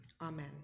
Amen